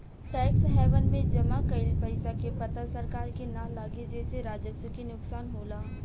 tax haven में जमा कइल पइसा के पता सरकार के ना लागे जेसे राजस्व के नुकसान होला